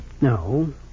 No